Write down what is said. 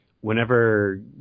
whenever